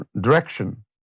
direction